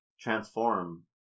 transform